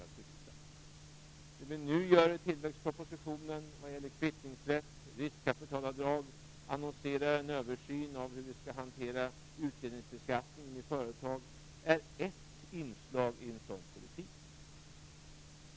Det som vi nu gör i tillväxtpropositionen vad gäller kvittningsrätt och riskkapitalavdrag annonserar en översyn av hur vi skall hantera utbildningsbeskattningen i företag, och det är ett inslag i en sådan politik.